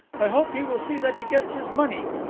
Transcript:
i hope he will see that he gets his money.